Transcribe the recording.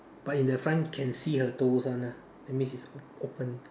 but in the front can see her toes [one] lah that means is open